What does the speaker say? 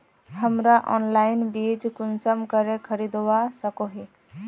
हमरा ऑनलाइन बीज कुंसम करे खरीदवा सको ही?